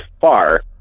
far